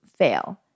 fail